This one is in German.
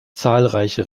zahlreiche